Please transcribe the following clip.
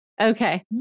Okay